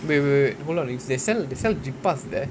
wait wait wait wait hold on they sell they sell jippa there